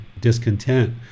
discontent